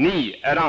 Ni, Margareta Winberg,